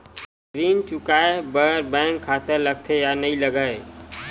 ऋण चुकाए बार बैंक खाता लगथे या नहीं लगाए?